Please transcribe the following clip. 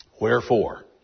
Wherefore